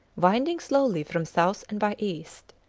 winding slowly from south and by east.